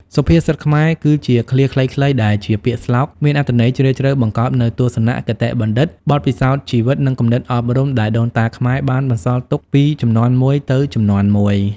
សុភាសិតខ្មែរ គឺជាឃ្លាខ្លីៗដែលជាពាក្យស្លោកមានអត្ថន័យជ្រាលជ្រៅ បង្កប់នូវទស្សនៈ គតិបណ្ឌិត បទពិសោធន៍ជីវិត និងគំនិតអប់រំ ដែលដូនតាខ្មែរបានបន្សល់ទុកពីជំនាន់មួយទៅជំនាន់មួយ។